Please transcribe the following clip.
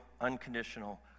unconditional